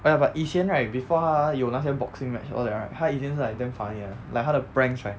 !aiya! but 以前 right before 他有那些 boxing match all that right 他以前是 like damn funny 的 like 他的 pranks right